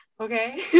Okay